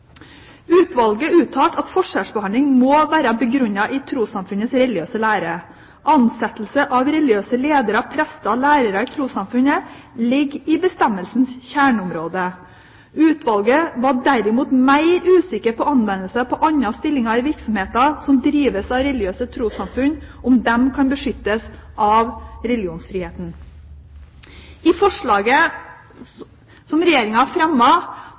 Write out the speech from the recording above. Utvalget uttalte at forskjellsbehandling må være begrunnet i trossamfunnenes religiøse lære. Ansettelse av religiøse ledere – prester, lærere i trossamfunnet – ligger i bestemmelsens kjerneområde. Utvalget var derimot mer usikker på om andre stillinger i virksomheter som drives av religiøse trossamfunn, kan beskyttes av religionsfriheten. I forslaget som